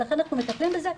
ולכן אנחנו מטפלים בזה,